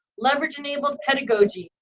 leverage enabled pedagogy.